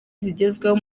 zigezweho